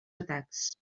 atacs